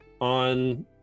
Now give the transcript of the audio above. on